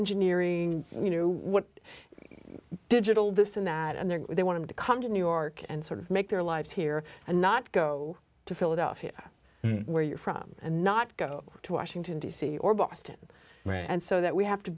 engineering you know what digital this and that and then they want to come to new york and sort of make their lives here and not go to philadelphia where you're from and not go to washington d c or boston and so that we have to